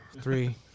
Three